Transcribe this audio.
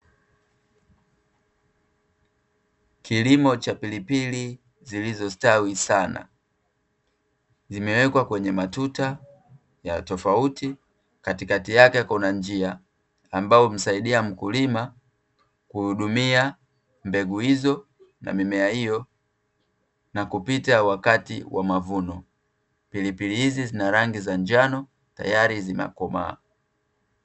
Kilimo cha pilipili zilizostawi sana, zimewekwa kwenye matuta ya tofauti, katikati yake kuna njia ambayo humsaidia mkulima kuhudumia mbegu hizo na mimea hiyo na kupita wakati wa mavuno, pilipili hizi zina rangi ya njano tayari zimekomaa.